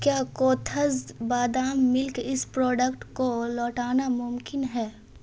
کیا کوتھس بادام ملک اس پروڈکٹ کو لوٹانا ممکن ہے